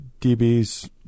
DBs